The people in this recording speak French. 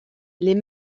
les